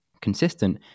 consistent